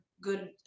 good